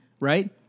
right